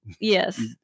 yes